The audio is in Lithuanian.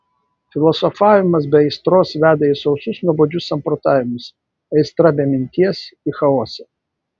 filosofavimas be aistros veda į sausus nuobodžius samprotavimus aistra be minties į chaosą